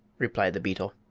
replied the beetle.